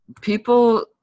People